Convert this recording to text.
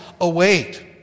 await